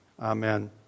amen